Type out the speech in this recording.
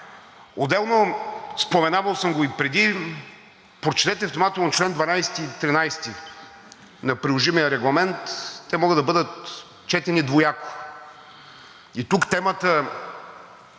Отделно, споменавал съм го и преди, прочетете внимателно членове 12 и 13 на приложимия регламент. Те могат да бъдат четени двояко. И тук темата,